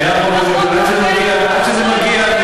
קיים חופש ביטוי עד שזה מגיע,